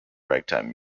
ragtime